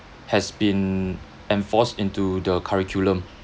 has been enforced into the curriculum